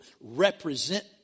represent